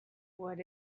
what